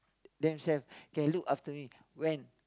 themselves can look after me when